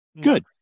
Good